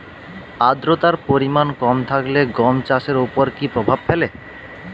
আদ্রতার পরিমাণ কম থাকলে গম চাষের ওপর কী প্রভাব ফেলে?